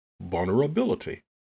vulnerability